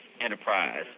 enterprise